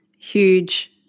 Huge